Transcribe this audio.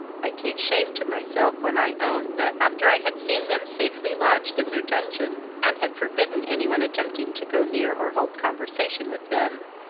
i take shame to myself when i own, that, after i had seen them safely lodged in their dungeon, and had forbidden any one attempting to go near or hold conversation with them,